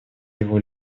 его